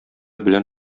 белән